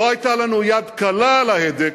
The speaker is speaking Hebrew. לא היתה לנו יד קלה על ההדק,